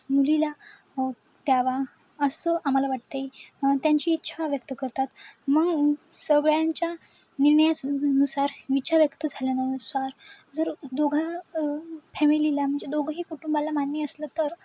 मुलीला द्यावा असं आम्हाला वाटते आहे त्यांची इच्छा व्यक्त करतात मग सगळ्यांच्या निर्णयास नुसार इच्छा व्यक्त झाल्यानुसार जर दोघा फॅमिलीला म्हणजे दोघंही कुटुंबाला मान्य असलं तर